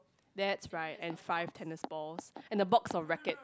that's right and five tennis balls and a box of racket